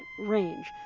range